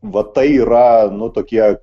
va tai yra nu tokie